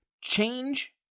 Change